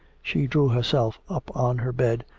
she drew herself up on her bed,